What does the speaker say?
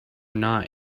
not